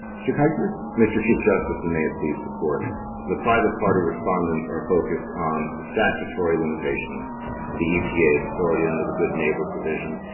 mr. keisler. keisler mr. chief justice, and may it please the court and the private party respondents are focused on the statutory limitations to the epa's authority under the good neighbor provision.